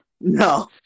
No